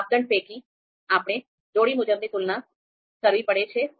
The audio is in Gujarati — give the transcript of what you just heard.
માપદંડ પૈકી આપણે જોડી મુજબની તુલના કરવી પડે છે